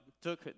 took